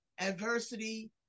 adversity